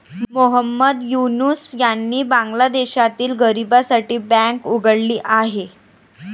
मोहम्मद युनूस यांनी बांगलादेशातील गरिबांसाठी बँक उघडली आहे